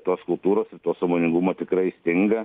tos kultūros to sąmoningumo tikrai stinga